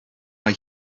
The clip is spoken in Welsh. mae